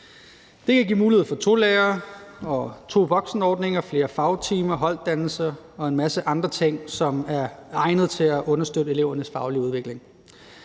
Det kan give mulighed for tolærer- og tovoksenordninger, flere fagtimer, holddannelser og en masse andre ting, som er egnede til at understøtte elevernes faglige udvikling.